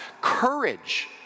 courage